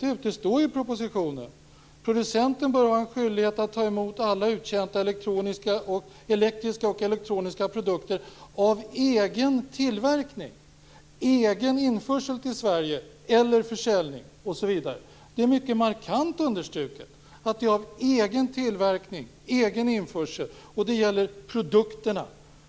I propositionen står det följande: "Producenten bör ha en skyldighet att ta emot alla uttjänta elektriska och elektroniska produkter av egen tillverkning, egen införsel till Sverige eller försäljning Det är mycket markant understruket att det är "av egen tillverkning, egen införsel" och att det gäller produkterna.